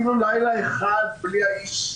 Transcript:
אפילו לילה אחד בלי האיש,